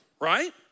right